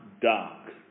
dark